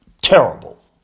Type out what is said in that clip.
terrible